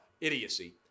idiocy